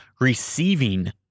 receiving